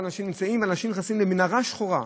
אנשים נמצאים ואנשים נכנסים למנהרה שחורה,